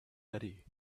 ready